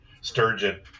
sturgeon